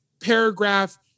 paragraph